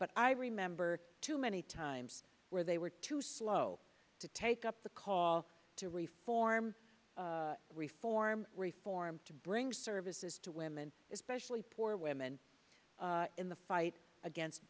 but i remember too many times where they were too slow to take up the call to reform reform reform to bring services to women especially poor women in the fight against